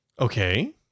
Okay